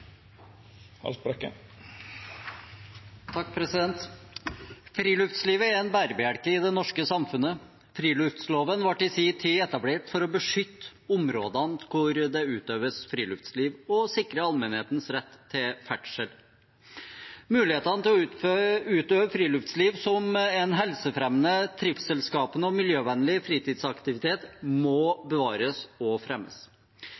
Friluftslivet er en bærebjelke i det norske samfunnet. Friluftsloven ble i sin tid etablert for å beskytte områdene hvor det utøves friluftsliv, og sikre allmennhetens rett til ferdsel. Mulighetene til å utøve friluftsliv som en helsefremmende, trivselsskapende og miljøvennlig fritidsaktivitet må bevares og fremmes.